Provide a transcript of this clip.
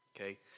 Okay